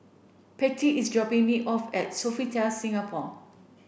Pattie is dropping me off at Sofitel Singapore